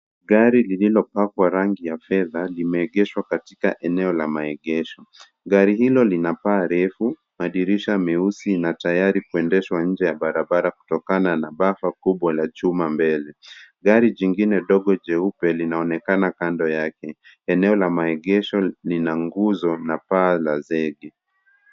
Gari lililopakwa rangi ya fedha limeegeshwa katika eneo la maegesho. Gari hilo lina paa refu, madirisha meusi, na tayari kuendeshwa nje ya barabara kutokana na bafa kubwa la chuma mbele. Gari jingine ndogo jeupe linaonekana kando yake. Eneo la maegesho lina nguzo na paa za zenge.